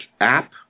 app